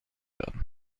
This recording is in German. werden